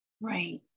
right